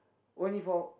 only for